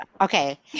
okay